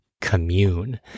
commune